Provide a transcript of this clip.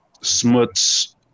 Smuts